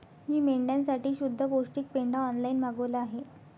मी मेंढ्यांसाठी शुद्ध पौष्टिक पेंढा ऑनलाईन मागवला आहे